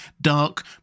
dark